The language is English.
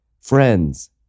friends